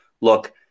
look